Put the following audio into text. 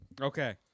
Okay